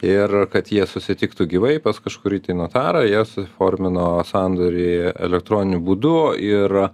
ir kad jie susitiktų gyvai pas kažkurį tai notarą jie suformino sandorį elektroniniu būdu ir